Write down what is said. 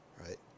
right